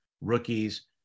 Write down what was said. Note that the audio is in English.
rookies